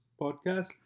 podcast